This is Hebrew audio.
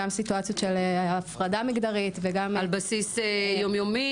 גם בסיטואציות של הפחדה מגדרית וגם -- זה על בסיס יום-יומי?